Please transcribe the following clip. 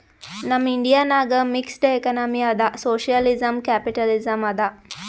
ನಮ್ ಇಂಡಿಯಾ ನಾಗ್ mixed economy ಅದಾ ಸೋಶಿಯಲಿಸಂ, ಕ್ಯಾಪಿಟಲಿಸಂ ಅದಾ